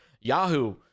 yahoo